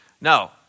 No